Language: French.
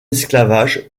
esclavage